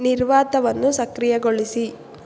ನಿರ್ವಾತವನ್ನು ಸಕ್ರಿಯಗೊಳಿಸಿ